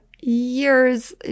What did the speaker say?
years